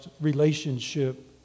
relationship